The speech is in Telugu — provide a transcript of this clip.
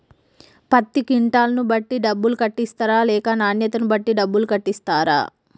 పత్తి క్వింటాల్ ను బట్టి డబ్బులు కట్టిస్తరా లేక నాణ్యతను బట్టి డబ్బులు కట్టిస్తారా?